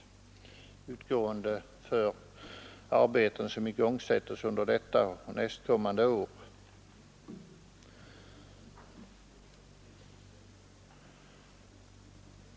Det utgår för arbeten som igångsättes under detta och nästkommande år.